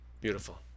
Beautiful